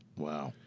wow.